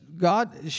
God